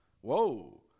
whoa